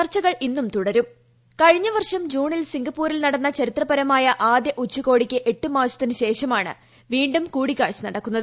ചർച്ചകൾ ഇന്നും തുടരുപ്പിക്ഴിഞ്ഞ വർഷം ജൂണിൽ സിംഗപ്പൂരിൽ നടന്ന ച്ഛതിത്രപ്രമായ ആദ്യ ഉച്ചകോടിക്ക് എട്ടുമാസത്തിന് ശേഷമാട്ടണ് വീണ്ടുംകൂടിക്കാഴ്ച നടക്കുന്നത്